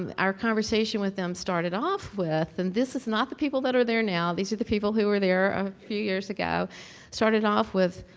um our conversation with them started off with and this is not the people that are there now, these are the people who were there ah few years ago started off with,